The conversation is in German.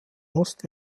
ost